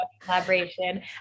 collaboration